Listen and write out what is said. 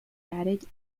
added